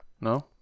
No